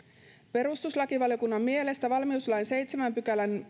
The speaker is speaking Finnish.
perustuslakivaliokunnan mielestä valmiuslain seitsemännen pykälän